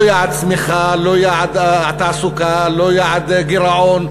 לא יעד צמיחה, לא יעד התעסוקה, לא יעד גירעון,